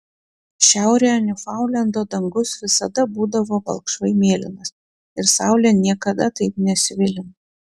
šiaurėje niufaundlendo dangus visada būdavo balkšvai mėlynas ir saulė niekada taip nesvilino